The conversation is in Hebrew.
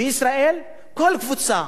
בישראל כל קבוצה,